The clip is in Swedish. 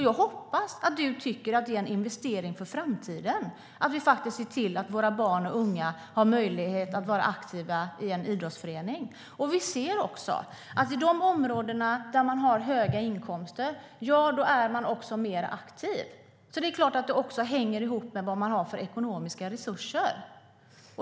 Jag hoppas att du tycker att det är en investering för framtiden att vi ser till att våra barn och unga har möjlighet att vara aktiva i en idrottsförening. Vi ser också att man är mer aktiv i de områden där människor har höga inkomster. Så det är klart att det hänger ihop med vad man har för ekonomiska resurser.